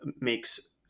makes